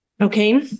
Okay